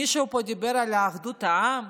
מישהו פה דיבר על אחדות העם?